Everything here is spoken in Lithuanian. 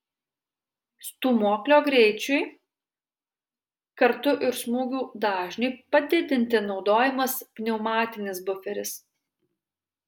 stūmoklio greičiui kartu ir smūgių dažniui padidinti naudojamas pneumatinis buferis